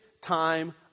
time